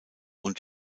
und